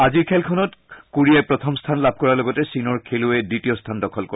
আজিৰ খেলখনত কোৰিয়াই প্ৰথম স্থান লাভ কৰাৰ লগতে চীনৰ খেলুৱৈয়ে দ্বিতীয় স্থান দখল কৰে